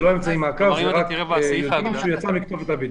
זה לא אמצעי מעקב, רק יודעים שהוא יצא מהבידוד.